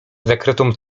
zakrytą